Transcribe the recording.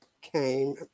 came